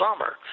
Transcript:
summer